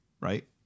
right